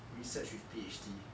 research with P_H_D